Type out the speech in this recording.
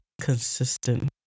consistent